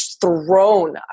thrown